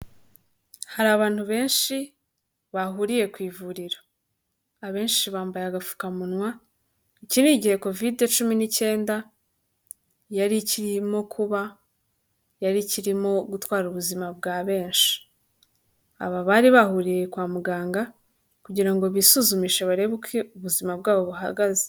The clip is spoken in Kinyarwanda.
Hari abantu benshi, bahuriye ku ivuriro. Abenshi bambaye agapfukamunwa, iki ni igihe covid cumi n'icyenda, yari ikirimo kuba, yari ikirimo gutwara ubuzima bwa benshi. Aba bari bahuriye kwa muganga, kugira ngo bisuzumishe barebe uko ubuzima bwabo buhagaze.